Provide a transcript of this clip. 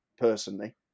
personally